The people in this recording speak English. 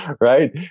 right